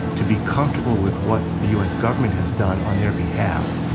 to be comfortable with what the u. s. government has done on their behalf,